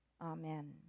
amen